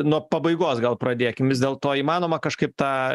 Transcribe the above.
nuo pabaigos gal pradėkim vis dėlto įmanoma kažkaip tą